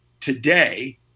today